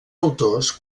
autors